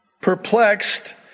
Perplexed